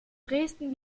dresden